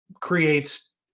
creates